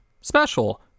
Special